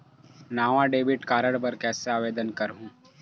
नावा debit card बर कैसे आवेदन करहूं?